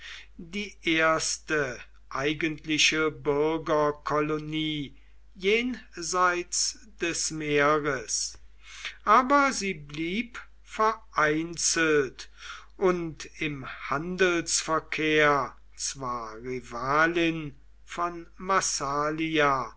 die erste eigentliche bürgerkolonie jenseits des meeres aber sie blieb vereinzelt und im handelsverkehr zwar rivalin von massalia